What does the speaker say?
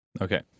Okay